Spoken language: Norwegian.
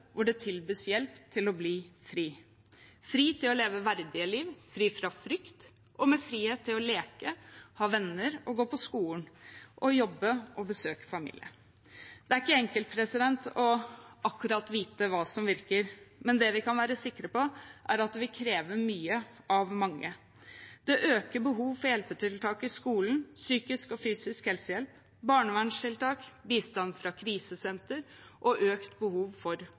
hvor de tilbys hjelp til å bli fri – fri til å leve et verdig liv, fritt fra frykt og med frihet til å leke, ha venner og gå på skolen og frihet til å jobbe og besøke familie. Det er ikke enkelt å vite akkurat hva som virker, men det vi kan være sikre på, er at det vil kreve mye av mange. Det øker behovet for hjelpetiltak i skolen, psykisk og fysisk helsehjelp, barnevernstiltak, bistand fra krisesentre og